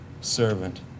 servant